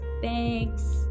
Thanks